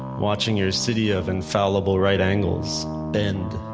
watching your city of infallible right angles bend.